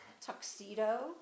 tuxedo